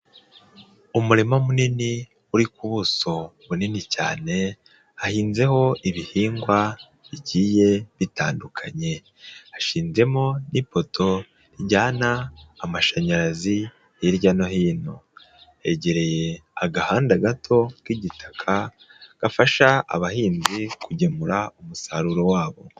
Umurima munini uri ku buso bunini cyane hahinzeho ibihingwa bigiye bitandukanye, hashizemo n'ipoto rijyana amashanyarazi hirya no hino, hegereye agahanda gato k'igitaka gafasha abahinzi kugemura umusaruro wabo.